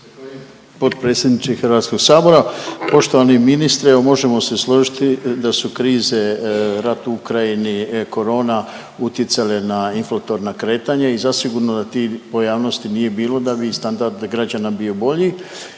Potpredsjedniče Hrvatskog sabora, poštovani ministre. Evo možemo se složiti da su krize rat u Ukrajini, korona utjecale na inflatorna kretanja i zasigurno da tih pojavnosti nije bilo da bi i standard građana bio bolji.